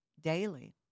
daily